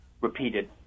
repeated